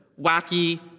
wacky